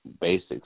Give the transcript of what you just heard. basics